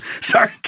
sorry